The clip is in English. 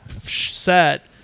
set